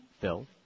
Phil